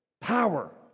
Power